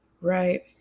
right